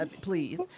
Please